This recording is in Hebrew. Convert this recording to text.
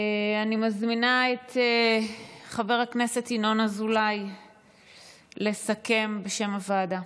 אני מזמינה את חבר הכנסת ינון אזולאי לסכם בשם הוועדה.